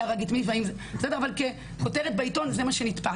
הרג את מי אבל כותרת בעיתון זה מה שנתפס,